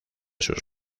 sus